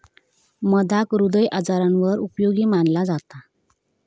मधाक हृदय आजारांवर उपयोगी मनाला जाता